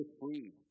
free